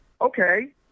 okay